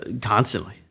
constantly